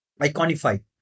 Iconify